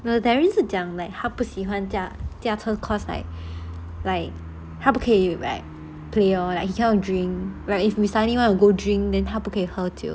well daryl 是讲他不喜欢驾车 cause like like 他不可以 play lor like he cannot drink where if we suddenly want to go drink then 他不可以喝酒